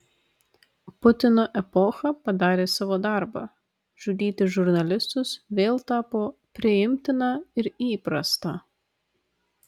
putino epocha padarė savo darbą žudyti žurnalistus vėl tapo priimtina ir įprasta